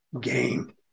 game